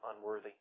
unworthy